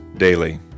daily